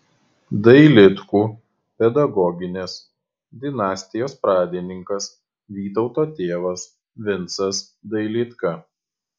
dailidkų pedagoginės dinastijos pradininkas vytauto tėvas vincas dailidka